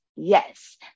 Yes